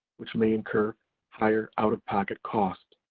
which may incur higher out of pocket costs.